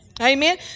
Amen